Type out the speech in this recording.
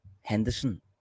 Henderson